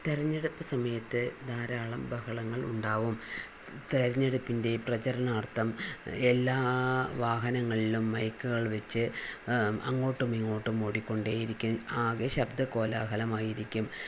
തെരെഞ്ഞെടുപ്പ് സമയത്തു ധാരാളം ബഹളങ്ങൾ ഉണ്ടാവും തെരഞ്ഞെടുപ്പിൻ്റെ പ്രചരണാർത്ഥം എല്ലാ വാഹനങ്ങളിലും മൈക്കുകൾ വച്ച് അങ്ങോട്ടും ഇങ്ങോട്ടും ഓടിക്കൊണ്ടേയിരിക്കും ആകെ ശബ്ദ കോലാഹലമായിരിക്കും